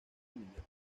mundial